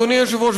גברתי היושבת-ראש,